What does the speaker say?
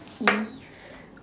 if